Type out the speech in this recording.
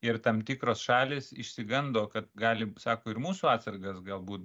ir tam tikros šalys išsigando kad gali sako ir mūsų atsargas galbūt